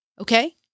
Okay